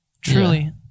Truly